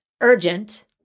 urgent